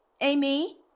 Amy